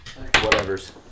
whatever's